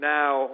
now